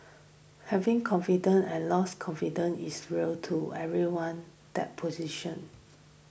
having confidence and losing confidence is real too everyone that position